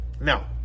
Now